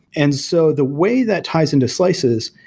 and so the way that ties into slices,